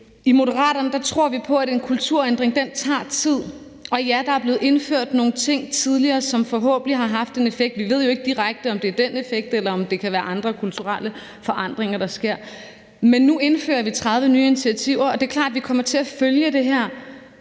I Moderaterne tror vi på, at en kulturændring tager tid. Og ja, der er blevet indført nogle ting tidligere, som forhåbentlig har haft en effekt. Vi ved jo ikke direkte, om det er det, der har givet den effekt, eller om det kan være andre kulturelle forandringer. Men nu indfører vi 30 nye initiativer. Og det er klart, at vi kommer til at følge det her,